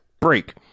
Break